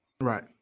Right